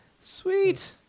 sweet